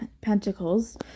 Pentacles